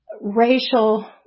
racial